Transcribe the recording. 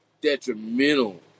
detrimental